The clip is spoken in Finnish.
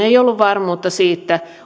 ei ollut varmuutta siitä